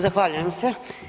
Zahvaljujem se.